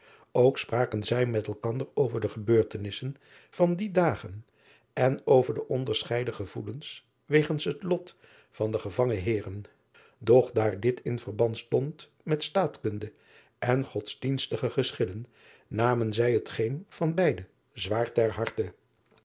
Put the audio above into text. ok spraken zij met elkander over de gebeurtenissen van die dagen en over de onderscheiden gevoelens wegens het lot van de gevangen eeren doch daar dit in verband stond met staatkunde en odsdienstige geschillen namen zij het geen van beide zwaar ter harte